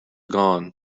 gone